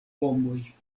homoj